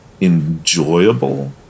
enjoyable